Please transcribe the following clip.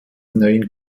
neuen